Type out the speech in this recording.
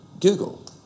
Google